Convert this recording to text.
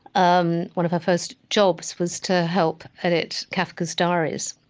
um one of her first jobs was to help edit kafka's diaries.